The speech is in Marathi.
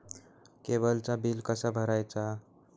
केबलचा बिल कसा भरायचा?